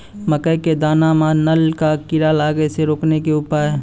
मकई के दाना मां नल का कीड़ा लागे से रोकने के उपाय?